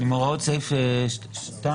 אבל אם הוא עושה את זה